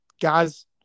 guys